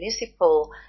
municipal